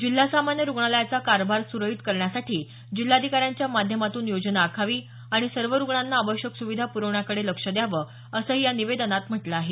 जिल्हा सामान्य रुग्णालयाचा कारभार सुरळीत करण्यासाठी जिल्हाधिकाऱ्यांच्या माध्यमातून योजना आखावी आणि सर्व रुग्णांना आवश्यक सुविधा प्रवण्याकडे लक्ष द्यावं असंही या निवेदनात म्हटलं आहे